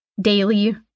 daily